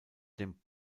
dem